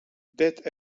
det